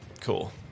Cool